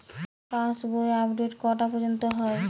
পাশ বই আপডেট কটা পর্যন্ত হয়?